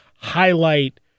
highlight